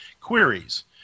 queries